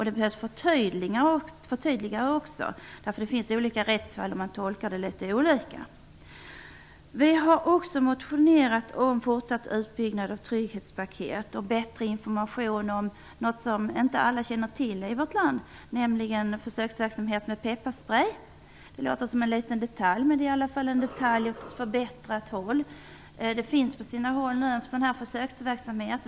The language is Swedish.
Det behövs också förtydliganden, eftersom det finns olika rättsfall där man gör litet olika tolkning. Vi har också motionerat om fortsatt utbyggnad av trygghetspaket och bättre information om något som inte alla i vårt land känner till, nämligen försöksverksamhet med pepparsprej. Det låter som en liten detalj, men den leder i alla fall till en förbättring. Det finns på sina håll en sådan försöksverksamhet.